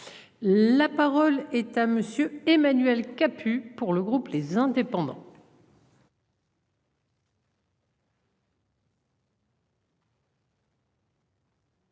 La parole est à monsieur Emmanuel Capus pour le groupe les indépendants.